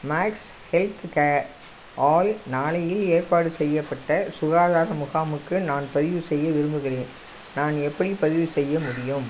maths healthcare ஆல் நாளையில் ஏற்பாடு செய்யப்பட்ட சுகாதார முகாமுக்கு நான் பதிவு செய்ய விரும்புகிறேன் நான் எப்படி பதிவு செய்ய முடியும்